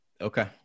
Okay